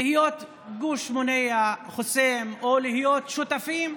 להיות גוש מונע, חוסם, או להיות שותפים,